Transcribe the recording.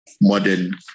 modern